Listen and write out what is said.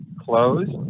closed